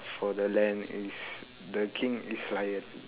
for the land is the king is lion